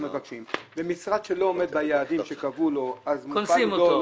משרד שלא עומד ביעדים שקבעו לו, יודעים.